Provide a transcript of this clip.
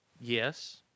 Yes